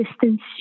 distance